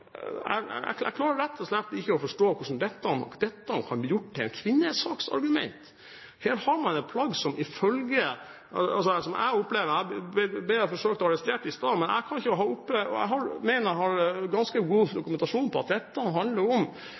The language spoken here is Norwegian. Jeg klarer rett og slett ikke å forstå hvordan dette kan bli gjort til et kvinnesaksargument. Her har man et plagg som jeg mener – jeg ble forsøkt arrestert i stad – at jeg har ganske god dokumentasjon på handler om